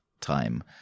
time